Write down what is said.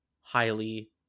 highly